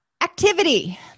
Activity